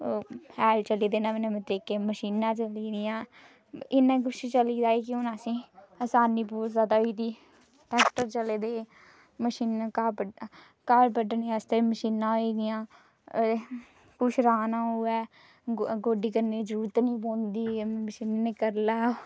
होर हैल सु'ट्टी देना ते कन्नै मशीनां चली पेइयां इन्ना कुछ चली आई गेआ ते आसनी होई गेई ट्रैक्टर चले दे मशीनां घा बड्ढने घा बड्ढने आस्तै मशीनां होई गेदियां कुछ राहना होऐ गोड्डी करने दी जरुरत नेईं पौंदी मशीनें करी लैना